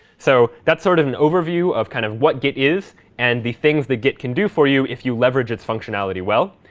so that's sort of an overview of kind of what git is and the things that git can do for you if you leverage its functionality well.